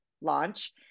launch